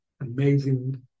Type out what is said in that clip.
amazing